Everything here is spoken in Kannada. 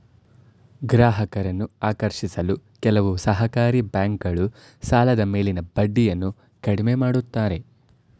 ಗ್ರಾಹಕರನ್ನು ಆಕರ್ಷಿಸಲು ಕೆಲವು ಸಹಕಾರಿ ಬ್ಯಾಂಕುಗಳು ಸಾಲದ ಮೇಲಿನ ಬಡ್ಡಿಯನ್ನು ಕಡಿಮೆ ಮಾಡುತ್ತಾರೆ